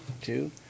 Two